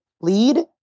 lead